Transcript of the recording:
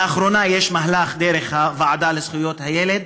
לאחרונה יש מהלך דרך הוועדה לזכויות הילד,